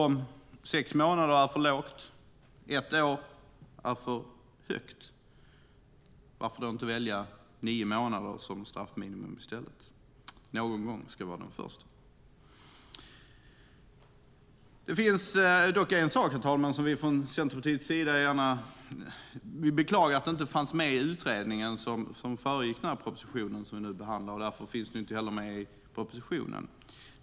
Om sex månader är för lågt och ett år är för högt, varför då inte välja nio månader som straffminimum i stället? Någon gång ska vara den första. Det finns dock en sak, herr talman, som vi från Centerpartiets sida beklagar inte fanns med i utredningen som föregick den proposition som vi nu behandlar. Följaktligen finns den inte heller med i propositionen.